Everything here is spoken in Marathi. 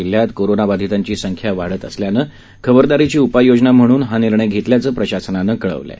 जिल्ह्यात त कोरोनाबाधितांची संख्या वाढत असल्यानं खबरदारीची उपाययोजना म्हणून हा निर्णय घेतल्याचं प्रशासनानं कळवलं आहे